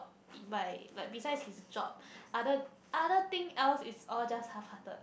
like like besides his job other other thing else is just all halfhearted